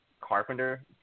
Carpenter